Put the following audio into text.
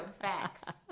facts